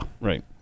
Right